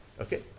okay